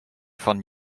von